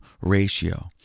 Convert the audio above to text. ratio